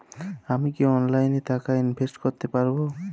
আমি কি অনলাইনে টাকা ইনভেস্ট করতে পারবো?